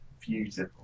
beautiful